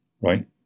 right